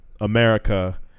america